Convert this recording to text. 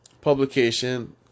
Publication